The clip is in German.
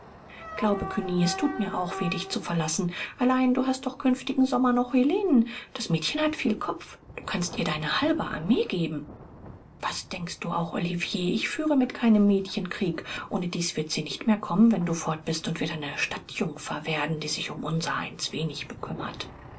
glaube cugny es thut mir auch weh dich zu verlassen allein du hast ja doch künftigen sommer noch helenen das mädchen hat viel kopf du kannst ihr deine halbe armee geben was denkst du auch olivier ich führe mit keinem mädchen krieg ohnedies wird sie nicht mehr kommen wenn du fort bist und wird eine stadtjungfer werden die sich um unsereins wenig bekümmert